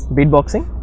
Beatboxing